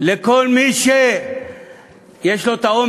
לא בזמן